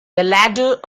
ladder